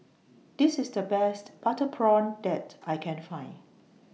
This IS The Best Butter Prawn that I Can Find